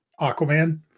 Aquaman